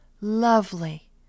lovely